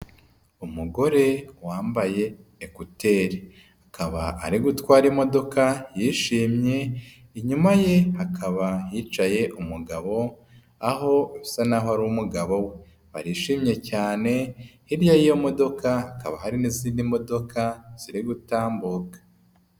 Umugore wambaye ekuteri, akaba ari gutwara imodoka yishimye, inyuma ye hakaba hicaye umugabo aho asa naho ari umugabo we, barishimye cyane, hirya y'iyo modoka hakaba hari n'izindi imodoka ziri gutambuka.